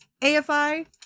AFI